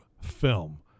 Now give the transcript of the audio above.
film